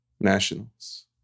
Nationals